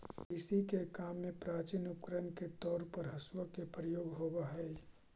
कृषि के काम में प्राचीन उपकरण के तौर पर हँसुआ के प्रयोग होवऽ हई